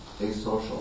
asocial